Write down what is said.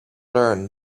learn